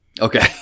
Okay